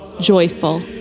Joyful